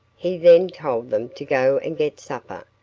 he then told them to go and get supper,